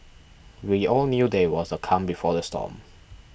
we all knew that it was the calm before the storm